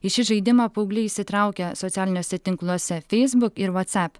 į šį žaidimą paaugliai įsitraukia socialiniuose tinkluose facebook ir whatsapp